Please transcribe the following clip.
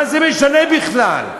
מה זה משנה בכלל?